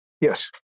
yes